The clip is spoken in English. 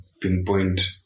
pinpoint